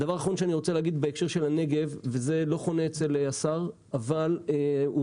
דבר אחרון בהקשר של הנגב לא חונה אצל השר אבל הוא